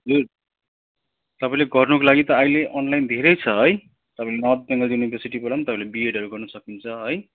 तपाईँले गर्नुको लागि अहिले अनलाइन धेरै छ है तपाईँले नर्थ बेङ्गल युनिभर्सिटीबाट पनि तपाईँले बिएडहरू गर्न सक्नुहुन्छ है